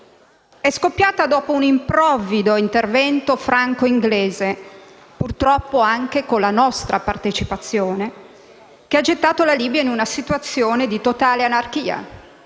è scoppiata dopo un improvvido intervento franco-britannico - purtroppo, anche con la nostra partecipazione - che ha gettato la Libia in una situazione di totale anarchia,